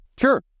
Sure